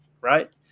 right